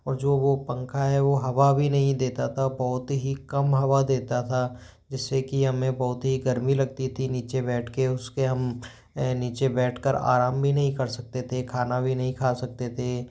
और जो वह पंखा है वो हवा भी नहीं देता था बहुत ही कम हवा देता था जिससे कि हमें बहुत ही गर्मी लगती थी नीचे बैठ कर उसके हम नीचे बैठ कर आराम भी नहीं कर सकते थे खाना भी नहीं खा सकते थे